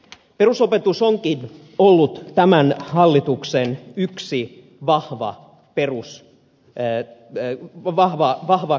perusopetus onkin ollut tämän hallituksen yksi vahva keskiöön nostettu asia